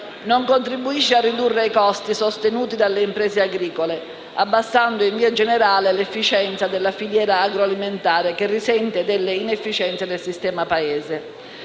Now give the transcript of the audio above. non contribuisce a ridurre i costi sostenuti dalle imprese agricole, abbassando in via generale l'efficienza della filiera agroalimentare, che risente delle inefficienze del sistema Paese.